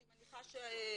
אני מניחה שגם